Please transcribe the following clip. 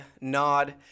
nod